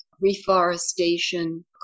reforestation